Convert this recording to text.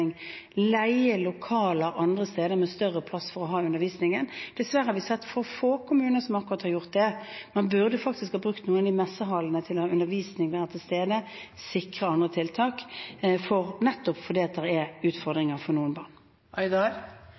leie lokaler andre steder, med større plass, for å ha undervisningen. Dessverre har vi sett for få kommuner som har gjort akkurat det. Man burde faktisk ha brukt noen av messehallene til å ha undervisning, være til stede, sikre andre tiltak, nettopp fordi det er utfordringer for noen barn.